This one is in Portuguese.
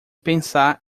pensar